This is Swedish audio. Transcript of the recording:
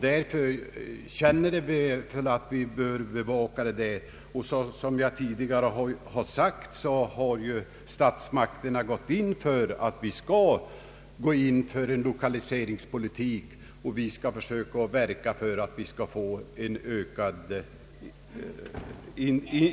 Därför känner vi att vi bör bevaka dessa frågor. Som jag tidigare sagt har ju statsmakterna gått in för en lokaliseringspolitik, och vi försöker verka för att vi skall få mer